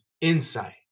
insight